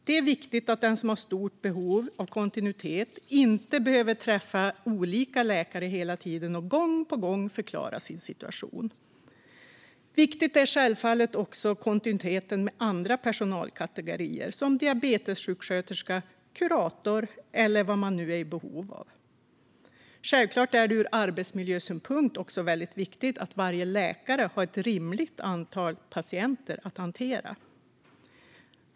Det är viktigt att den som har stort behov av kontinuitet inte behöver träffa olika läkare hela tiden och gång på gång förklara sin situation. Viktigt är självfallet också kontinuiteten med andra personalkategorier, som diabetessjuksköterska, kurator eller vad man nu är i behov av. Självklart är det ur arbetsmiljösynpunkt också väldigt viktigt att varje läkare har ett rimligt antal patienter att hantera.